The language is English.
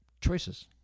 choices